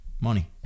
money